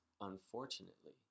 unfortunately